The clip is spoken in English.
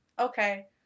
Okay